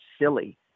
silly